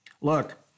Look